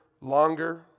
longer